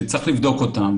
שצריך לבדוק אותן.